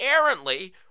errantly